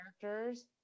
characters